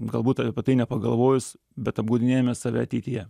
galbūt apie tai nepagalvojus bet apgaudinėjame save ateityje